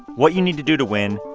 what you need to do to win,